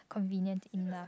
convenient enough